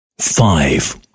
five